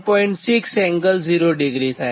6 ∠0° થાય